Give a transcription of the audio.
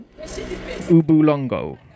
Ubulongo